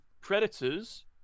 Predators